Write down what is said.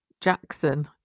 Jackson